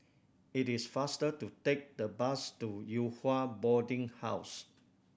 it is faster to take the bus to Yew Hua Boarding House